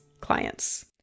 clients